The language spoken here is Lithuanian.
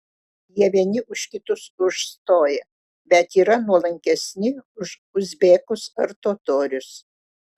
jie vieni už kitus užstoja bet yra nuolankesni už uzbekus ar totorius